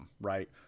right